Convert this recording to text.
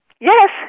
Yes